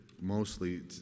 mostly